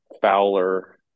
Fowler